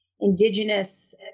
Indigenous